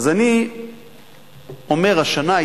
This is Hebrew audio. כי אם עברנו את ה-48% השנה,